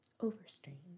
overstrained